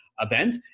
event